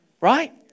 right